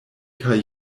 kaj